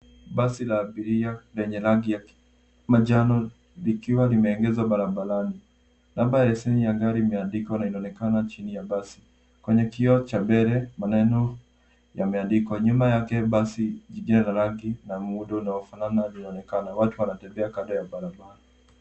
Basi la abiria lenye rangi ya kimanjano likiwa limeegeshwa barabarani. Namba ya leseni ya gari imeandikwa na inaonekana chini ya basi. Kwenye kioo cha mbele maneno yameandikwa. Nyuma yake basi jingine la rangi na muundo unaofanana linaonekana. Watu wanatembea kando ya barabara.